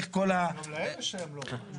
גם להם יש עמלות.